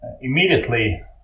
immediately